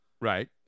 Right